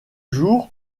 jour